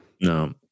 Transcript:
No